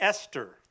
Esther